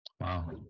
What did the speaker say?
wow